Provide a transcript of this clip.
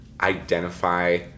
identify